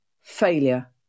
failure